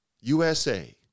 USA